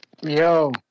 Yo